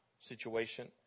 situation